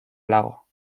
lago